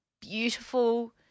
beautiful